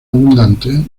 abundantes